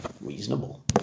reasonable